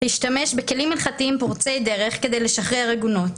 להשתמש בכלים הלכתיים פורצי דרך כדי לשחרר עגונות.